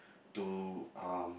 to uh